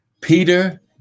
Peter